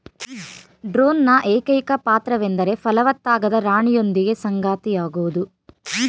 ಡ್ರೋನ್ನ ಏಕೈಕ ಪಾತ್ರವೆಂದರೆ ಫಲವತ್ತಾಗದ ರಾಣಿಯೊಂದಿಗೆ ಸಂಗಾತಿಯಾಗೋದು